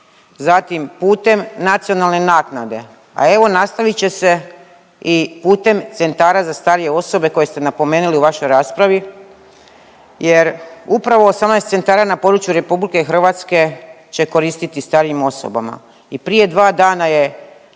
zatim putem nacionalne naknade, a evo, nastavit će se i putem centara za starije osobe koje ste napomenuli u vašoj raspravi jer upravo 18 centara na području RH će koristiti starijim osobama i prije 2 dana je